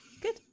good